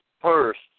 first